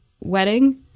wedding